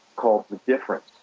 called the difference.